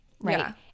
right